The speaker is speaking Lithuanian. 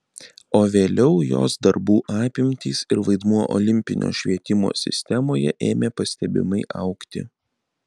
o vėliau jos darbų apimtys ir vaidmuo olimpinio švietimo sistemoje ėmė pastebimai augti